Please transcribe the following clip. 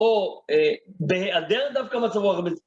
או בהיעדר דווקא מצבו הרבה...